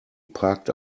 parked